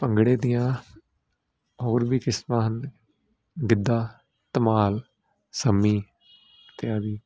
ਭੰਗੜੇ ਦੀਆਂ ਹੋਰ ਵੀ ਕਿਸਮਾਂ ਹਨ ਗਿੱਧਾ ਧਮਾਲ ਸੰਮੀ ਅਤੇ ਆਦਿ